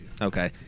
okay